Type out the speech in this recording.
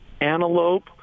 antelope